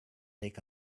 take